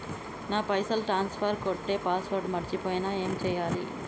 నా పైసల్ ట్రాన్స్ఫర్ కొట్టే పాస్వర్డ్ మర్చిపోయిన ఏం చేయాలి?